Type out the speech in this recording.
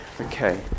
Okay